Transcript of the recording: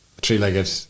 three-legged